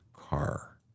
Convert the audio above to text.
car